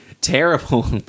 terrible